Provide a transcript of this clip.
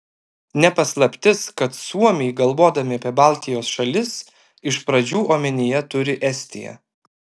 ne paslaptis kad suomiai galvodami apie baltijos šalis iš pradžių omenyje turi estiją